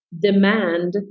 demand